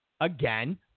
Again